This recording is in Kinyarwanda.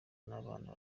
n’abana